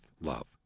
love